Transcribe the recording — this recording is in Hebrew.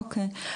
אוקיי.